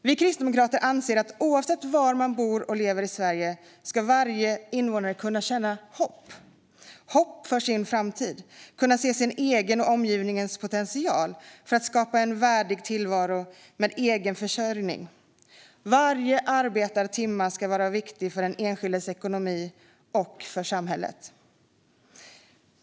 Vi kristdemokrater anser att varje invånare, oavsett var man bor och lever i Sverige, ska kunna känna hopp för sin framtid och kunna se sin egen och omgivningens potential för att skapa en värdig tillvaro med egen försörjning. Varje arbetad timme ska vara viktig för den enskildes ekonomi och för samhället.